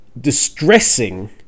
Distressing